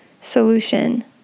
solution